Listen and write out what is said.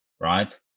right